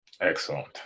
Excellent